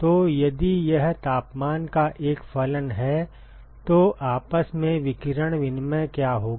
तो यदि यह तापमान का एक फलन है तो आपस में विकिरण विनिमय क्या होगा